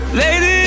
lady